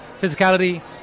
physicality